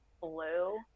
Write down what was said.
blue